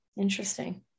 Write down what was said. Interesting